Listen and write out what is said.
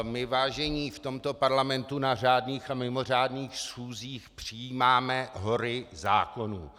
My, vážení, v tomto parlamentu na řádných a mimořádných schůzích přijímáme hory zákonů.